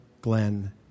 Glenn